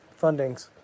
fundings